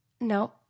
No